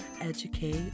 educate